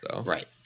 Right